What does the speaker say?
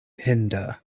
hinder